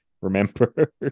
remember